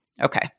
Okay